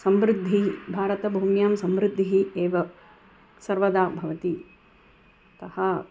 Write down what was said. समृद्धिः भारतभूम्यां समृद्धिः एव सर्वदा भवति अतः